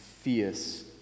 fierce